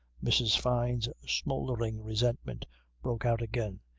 mrs. fyne's smouldering resentment broke out again.